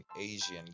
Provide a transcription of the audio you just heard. Asian